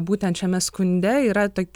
būtent šiame skunde yra tok